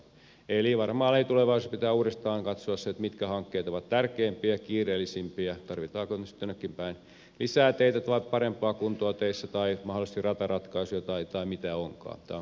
eli varmaan lähitulevaisuudessa pitää uudestaan katsoa se mitkä hankkeet ovat tärkeimpiä kiireellisimpiä tarvitaanko esimerkiksi jonnekin päin lisää teitä vai parempaa kuntoa teille tai mahdollisesti rataratkaisuja tai mitä onkaan